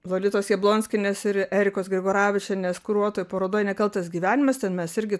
lolitos jablonskienės ir erikos grigoravičienės kuruotoj parodoj nekaltas gyvenimas ten mes irgi